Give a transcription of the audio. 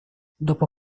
dopo